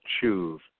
choose